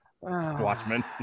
Watchmen